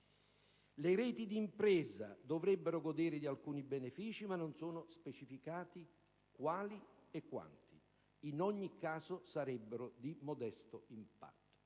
Le reti di imprese dovrebbero godere di alcuni benefici, ma non sono specificati quali e quanti; in ogni caso sarebbero di modesto impatto.